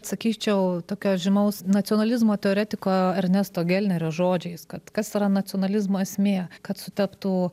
sakyčiau tokio žymaus nacionalizmo teoretiko ernesto gelnerio žodžiais kad kas yra nacionalizmo esmė kad sutaptų